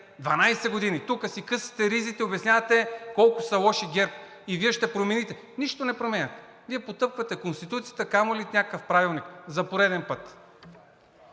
12 години тук си късате ризите, обяснявате колко са лоши ГЕРБ и Вие ще промените. Нищо не променяте. Вие потъпквате Конституцията, камо ли някакъв Правилник, за пореден път.